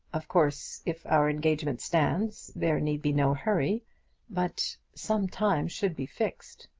of course, if our engagement stands there need be no hurry but some time should be fixed.